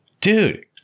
Dude